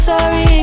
Sorry